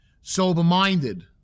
sober-minded